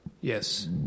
Yes